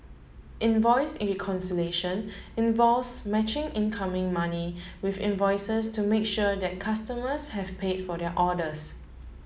invoice reconciliation involves matching incoming money with invoices to make sure that customers have paid for their orders